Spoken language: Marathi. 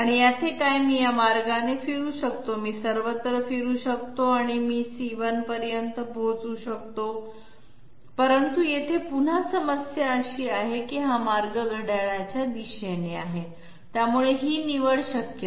याचे काय मी या मार्गाने फिरू शकतो मी सर्वत्र फिरू शकतो आणि मी c1 पर्यंत पोहोचू शकतो परंतु येथे पुन्हा समस्या अशी आहे की हा मार्ग घड्याळाच्या दिशेने आहे त्यामुळे ही निवड शक्य नाही